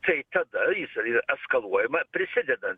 tai tada jisai eskaluojama prisidedant